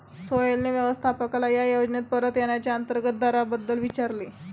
सोहेलने व्यवस्थापकाला या योजनेत परत येण्याच्या अंतर्गत दराबद्दल विचारले